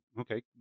okay